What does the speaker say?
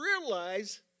realize